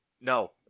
No